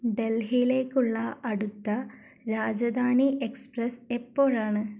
ഡൽഹിയിലേക്കുള്ള അടുത്ത രാജധാനി എക്സ്പ്രസ്സ് എപ്പോഴാണ്